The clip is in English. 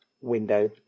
window